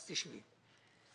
אז תשבי,